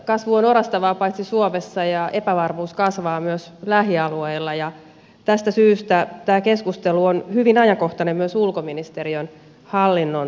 kasvu on orastavaa paitsi suomessa ja epävarmuus kasvaa myös lähialueilla ja tästä syystä tämä keskustelu on hyvin ajankohtainen myös ulkoministeriön hallinnonalalla